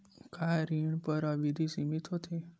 का ऋण बर अवधि सीमित होथे?